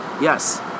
Yes